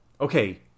Okay